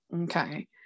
okay